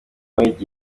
wigirira